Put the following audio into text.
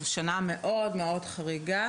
זו שנה חריגה מאוד-מאוד.